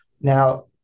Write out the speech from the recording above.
Now